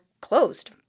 closed